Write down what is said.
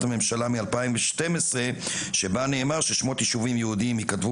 הממשלה מ-2012 שבה נאמר ששמות יישובים יהודיים ייכתבו